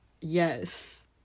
Yes